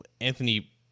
Anthony